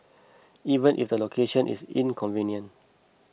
even if the location is inconvenient